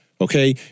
Okay